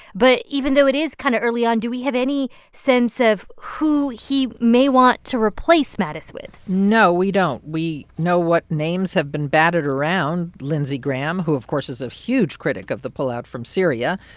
but even though it is kind of early on, do we have any sense of who he may want to replace mattis with? no, we don't. we know what names have been batted around. lindsey graham, who, of course, is a huge critic of the pullout from syria.